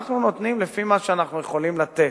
אנחנו נותנים לפי מה שאנחנו יכולים לתת,